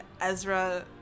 Ezra